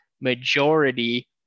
majority